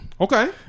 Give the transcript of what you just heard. Okay